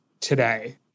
today